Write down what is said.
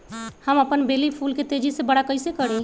हम अपन बेली फुल के तेज़ी से बरा कईसे करी?